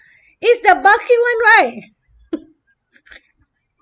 it's the bulky [one] right